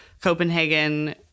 Copenhagen